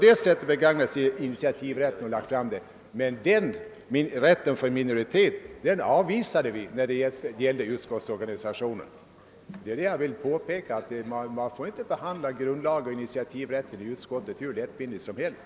En sådan initiativrätt för en minoritet avvisade vi emellertid när det gällde utskottsorganisationen. Jag har velat påpeka detta. Man får inte behandla grundlagen och initiativrätten för utskottet hur lättvindigt som helst.